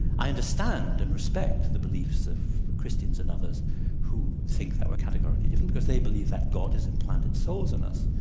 i understand and respect the beliefs of christians and others who think that we're categorically different because they believe that god has implanted souls in us,